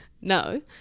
no